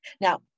Now